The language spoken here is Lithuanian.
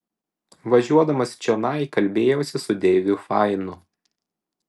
važiuodamas čionai kalbėjausi su deiviu fainu